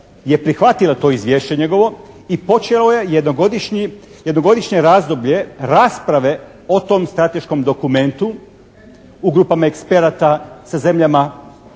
je prihvatila to izvješće njegovo i počeo je jednogodišnje razdoblje rasprave o tom strateškom dokumentu u grupama eksperata sa zemljama